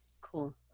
Cool